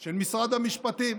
של משרד המשפטים.